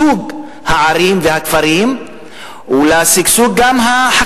במקום שיאפשרו את שגשוג הערים והכפרים ואת השגשוג החקלאי.